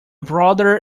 brother